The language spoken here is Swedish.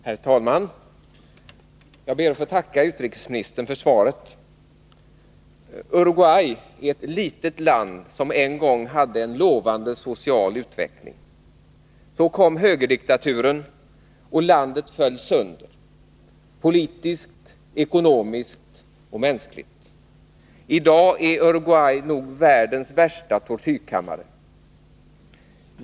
Herr talman! Jag ber att få tacka utrikesministern för svaret. Uruguay är ett litet land, som en gång hade en lovande social utveckling. Så kom högerdiktaturen, och landet föll sönder, politiskt, ekonomiskt och mänskligt. I dag är Uruguay nog världens värsta tortyrkammare.